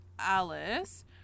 alice